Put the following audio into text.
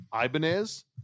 Ibanez